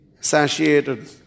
satiated